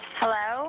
hello